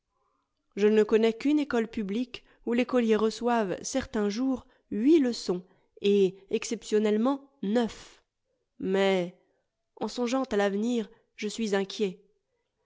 je ne connais qu'une école publique où l'écolier reçoive certains jours huit leçons et exceptionnellement neuf mais en songeant à l'avenir je suis inquiet